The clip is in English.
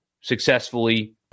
successfully